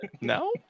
No